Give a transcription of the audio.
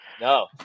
No